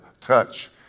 touch